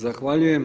Zahvaljujem.